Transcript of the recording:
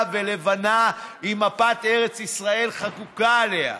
ולבנה עם מפת ארץ ישראל חקוקה עליה.